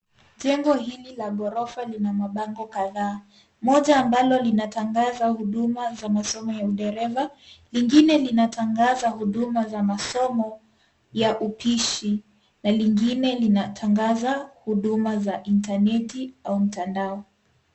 Jengo hili la ghorofa lina mabango kadhaa, moja ambalo linatangaza huduma za masomo ya udereva, lingine linatangaza huduma za masomo ya upishi na lingine linatangaza huduma za intaneti au mtandao.